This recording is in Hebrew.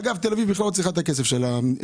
אגב, תל אביב בכלל לא צריכה את הכסף של הממשלה.